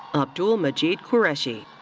abdul majid qureshi.